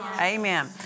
Amen